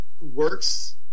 works